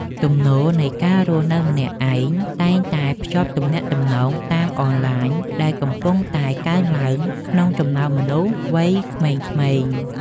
ទំនោរនៃការរស់នៅម្នាក់ឯងតែងតែភ្ជាប់ទំនាក់ទំនងតាមអនឡាញដែលកំពុងតែកើនឡើងក្នុងចំណោមមនុស្សវ័យក្មេងៗ។